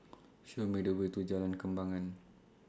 Show Me The Way to Jalan Kembangan